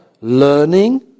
learning